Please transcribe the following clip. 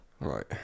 Right